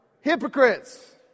hypocrites